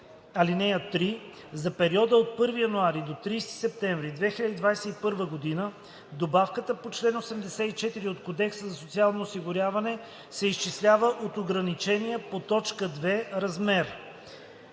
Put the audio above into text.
лв. (3) За периода от 1 януари до 30 септември 2021 г. добавката по чл. 84 от Кодекса за социално осигуряване се изчислява от ограничения по т. 2 размер“.“